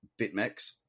BitMEX